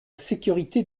sécurité